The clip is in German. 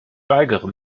weigere